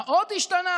מה עוד השתנה?